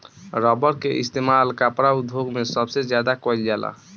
rubber के इस्तेमाल कपड़ा उद्योग मे सबसे ज्यादा कइल जाला